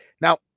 Now